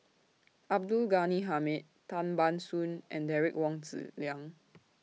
Abdul Ghani Hamid Tan Ban Soon and Derek Wong Zi Liang